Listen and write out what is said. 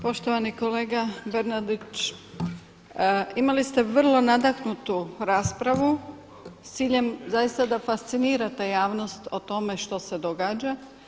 Poštovani kolega Bernardić, imali ste vrlo nadahnutu raspravu s ciljem zaista da fascinirate javnost o tome što se događa.